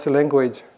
language